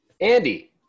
andy